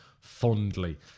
fondly